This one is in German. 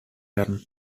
werden